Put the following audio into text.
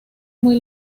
muy